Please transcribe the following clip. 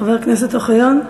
חבר הכנסת אוחיון,